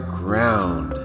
ground